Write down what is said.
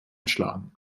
schlagen